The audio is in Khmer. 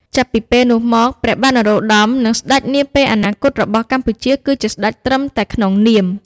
ចាប់ពីពេលនោះមក ព្រះបាទនរោត្តម និងស្តេចនាពេលអនាគតរបស់កម្ពុជា គឺជាស្តេចត្រឹមតែក្នុងនាម។